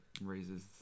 raises